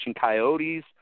coyotes